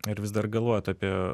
ar vis dar galvojat apie